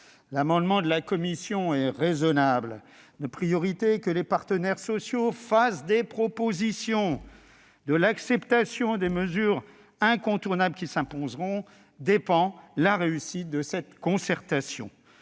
L'amendement de la commission est raisonnable : notre priorité est que les partenaires sociaux fassent des propositions. L'acceptation des mesures incontournables qui s'imposeront dépend de la réussite de cette concertation.